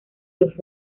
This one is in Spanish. los